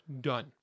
done